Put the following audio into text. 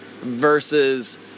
Versus